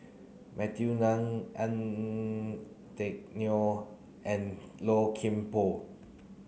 Matthew Ngui Teck Neo and Low Kim Pong